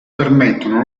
permettono